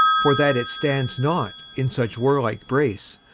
for that it stands not in such warlike brace,